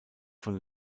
von